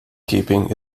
keeping